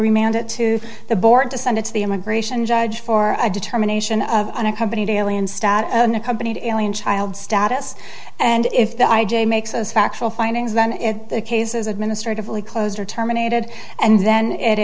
remained it to the board to send it to the immigration judge for a determination of unaccompanied alien stat unaccompanied alien child status and if the i j a makes us factual findings then in the cases administratively closer terminated and then it